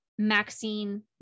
Maxine